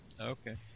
Okay